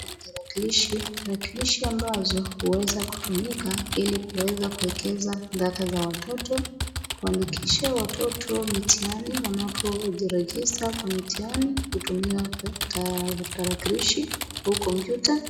hizi ni tarakilishi , tarakilishi ambazo huweza kutumika ili kuweza kuekeza datacs] za watoto kwani ikifika watoto mtihani wanapoji register kwa mtihani hutumia tarakilishi au kopmpyuta